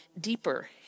deeper